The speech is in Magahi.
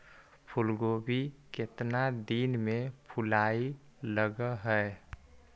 फुलगोभी केतना दिन में फुलाइ लग है?